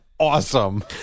Awesome